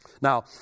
Now